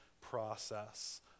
process